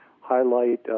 highlight